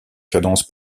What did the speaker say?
cadence